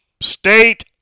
State